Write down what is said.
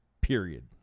period